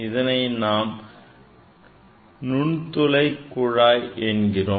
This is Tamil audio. இதனை நாம் நுண்துளை குழாய் என்கிறோம்